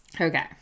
Okay